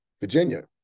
Virginia